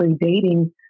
dating